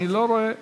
אני לא רואה,